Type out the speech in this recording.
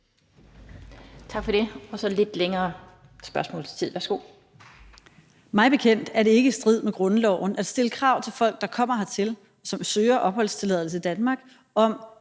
Tak for det. Og så er der lidt længere spørgetid. Værsgo.